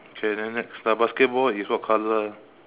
K then next the basketball is what color